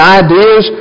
ideas